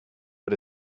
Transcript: but